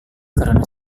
karena